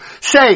say